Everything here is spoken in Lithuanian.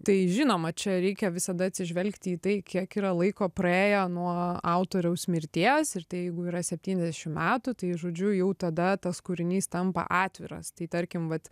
tai žinoma čia reikia visada atsižvelgti į tai kiek yra laiko praėjo nuo autoriaus mirties ir tai jeigu yra septyniasdešim metų tai žodžiu jau tada tas kūrinys tampa atviras tai tarkim vat